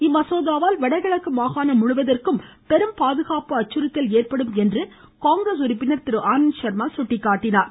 இம்மசோதாவால் வடகிழக்கு மாகாணம் முழுவதற்கும் பெரும் பாதுகாப்பு அச்சுறத்தல் ஏற்படும் என காங்கிரஸ் உறுப்பினர் திரு சுட்டிக்காட்டினார்